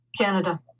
Canada